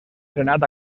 senat